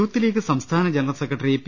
youth league സംസ്ഥാന general secretary P